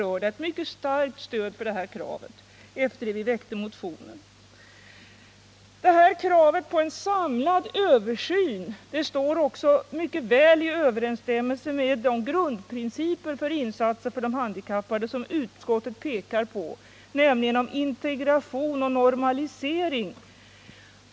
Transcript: Vi har fått ett mycket starkt stöd för det här kravet på en samlad översyn efter det att vi väckte motionen. Detta krav stämmer också mycket väl överens med de grundprinciper för insatser för de handikappade som utskottet pekar på, nämligen principerna om integration och normalisering.